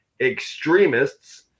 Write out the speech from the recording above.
extremists